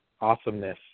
awesomeness